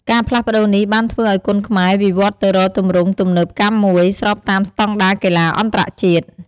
ការផ្លាស់ប្តូរនេះបានធ្វើឱ្យគុនខ្មែរវិវត្តន៍ទៅរកទម្រង់ទំនើបកម្មមួយ ស្របតាមស្តង់ដារកីឡាអន្តរជាតិ។